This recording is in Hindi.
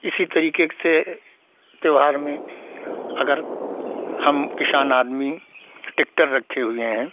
इसी तरीके से त्यौहार में अगर हम किसान आदमी टेक्टर रखे हुए हैं